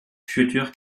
futur